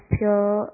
pure